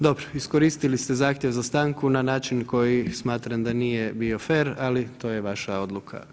Dobro, iskoristili ste zahtjev za stanku na način koji smatram da nije bio fer, ali to je vaša odluka.